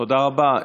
תודה רבה.